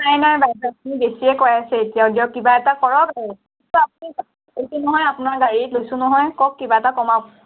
নাই নাই আপুনি বেছিয়ে কৈ আছে এতিয়াও দিয়ক কিবা এটা কৰক আৰু গৈছোঁ নহয় আপোনাৰ গাড়ী লৈছোঁ নহয় কওক কিবা এটা কমাওক